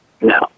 No